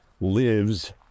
lives